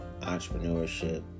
entrepreneurship